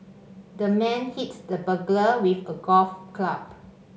the man hit the burglar with a golf club